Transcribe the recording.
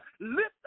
Lift